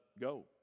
go